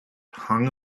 hung